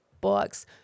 books